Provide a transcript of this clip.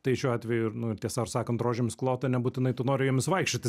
tai šiuo atveju ir nu ir tiesą sakant rožėmis klota nebūtinai tu nori jomis vaikščioti